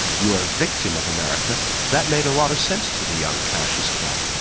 you are a victim of america that made a lot of sense to the young cassius clay.